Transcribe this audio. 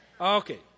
Okay